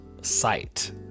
sight